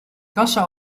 kassa